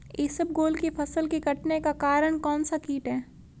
इसबगोल की फसल के कटने का कारण कौनसा कीट है?